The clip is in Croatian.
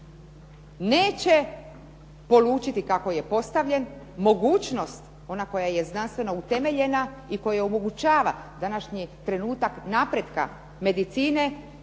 neće polučiti kako je postavljen, mogućnost ona koja je znanstveno utemeljena i koja omogućava današnji trenutak napretka medicine,